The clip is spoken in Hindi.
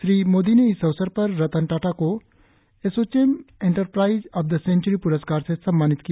श्री मोदी ने इस अवसर पर रतन टाटा को ASSOCHAM enterprise of the century पुरस्कार से सम्मानित किया